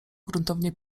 gruntownie